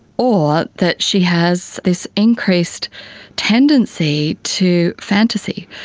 or that she has this increased tendency to fantasy,